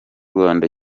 rwanda